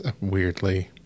weirdly